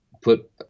put